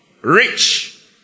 Rich